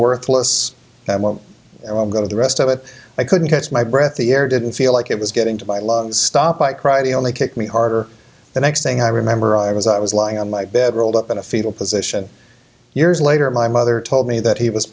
worthless one and i'm going to the rest of it i couldn't catch my breath the air didn't feel like it was getting to my lungs stop i cried the only kick me harder the next thing i remember i was i was lying on my bed rolled up in a fetal position years later my mother told me that he was